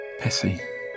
pissy